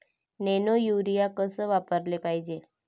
Nano urea कस वापराले पायजे?